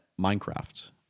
Minecraft